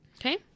Okay